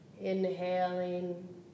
Inhaling